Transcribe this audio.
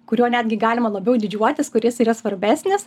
kuriuo netgi galima labiau didžiuotis kuris yra svarbesnis